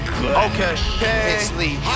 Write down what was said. okay